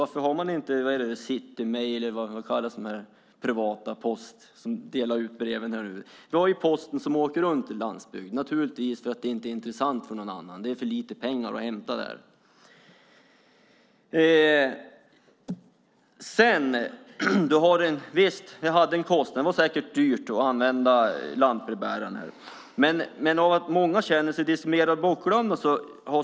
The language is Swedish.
Varför har vi inte City Mail eller vad de privata som delar ut breven här nu kallas? Vi har Posten som åker runt i landsbygden, och det beror naturligtvis på att det inte är intressant för någon annan. Det är för lite pengar att hämta där. Visst hade man en kostnad. Det var säkert dyrt att använda lantbrevbärarna. Men många känner sig lite bortglömda.